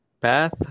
path